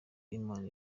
imana